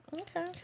okay